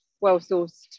well-sourced